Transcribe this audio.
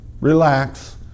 relax